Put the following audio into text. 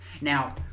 Now